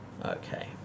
Okay